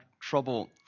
trouble